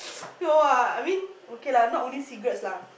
no ah I mean okay lah not only cigarettes lah